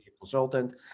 consultant